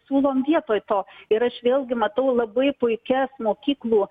siūlom vietoj to ir aš vėlgi matau labai puikias mokyklų